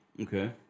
okay